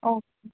okay